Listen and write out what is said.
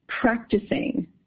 practicing